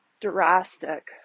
drastic